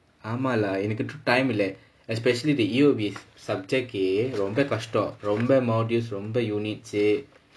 ஆமா:aamaa lah எனக்கு இன்னும்:enakku innum time இல்லை:illai especially the E_O_B subject க்கு ரொம்ப கஷ்டம் ரொம்ப:ikku romba kashtam romba modules ரொம்ப:romba unit said